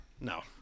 No